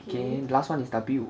K last one is W